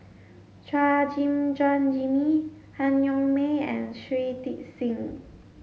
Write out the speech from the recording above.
Chua Gim Guan Jimmy Han Yong May and Shui Tit Sing